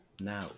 now